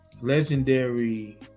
legendary